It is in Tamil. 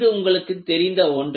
இது உங்களுக்கு தெரிந்த ஒன்று